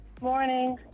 Morning